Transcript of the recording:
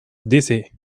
dizzy